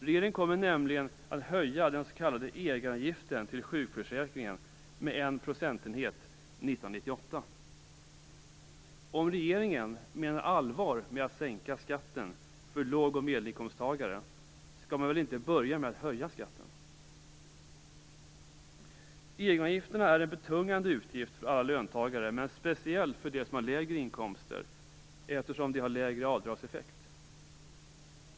Regeringen kommer nämligen att höja den s.k. egenavgiften till sjukförsäkringen med en procentenhet 1998. Om regeringen menar allvar med att sänka skatten för låg och medelinkomsttagare, skall man väl inte börja med att höja skatten? Egenavgifterna är en betungande utgift för alla löntagare - speciellt för dem som har lägre inkomster eftersom de får en lägre avdragseffekt.